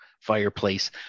fireplace